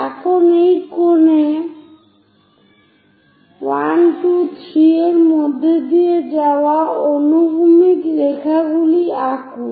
এখন এই কোণে 1 2 3 এর মধ্য দিয়ে যাওয়া অনুভূমিক রেখাগুলি আঁকুন